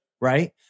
Right